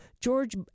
George